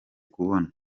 kubona